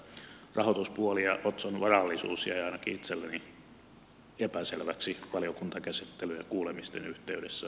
tämä rahoituspuoli ja otson varallisuus jäi ainakin itselleni epäselväksi valiokuntakäsittelyn ja kuulemisten yhteydessä